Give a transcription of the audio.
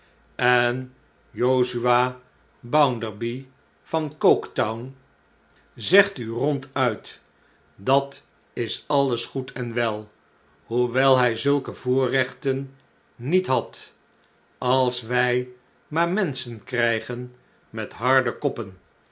en josiah bounderby van coketown zegt u ronduit dat is alles goed en wel hoewel hij zulke voorrechten niet had als wij maar menschen krijgen met harde koppen